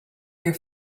your